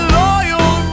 loyal